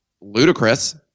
ludicrous